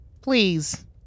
Please